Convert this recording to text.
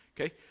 okay